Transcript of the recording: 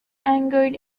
angered